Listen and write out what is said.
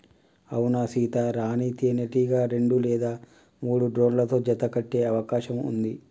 అవునా సీత, రాణీ తేనెటీగ రెండు లేదా మూడు డ్రోన్లతో జత కట్టె అవకాశం ఉంది